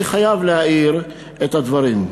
ואני חייב להעיר את הדברים.